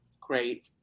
Great